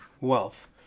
Wealth